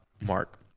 mark